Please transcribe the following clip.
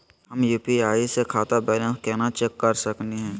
हम यू.पी.आई स खाता बैलेंस कना चेक कर सकनी हे?